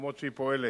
במקומות שהיא פועלת,